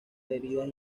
heridas